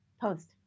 post